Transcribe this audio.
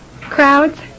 Crowds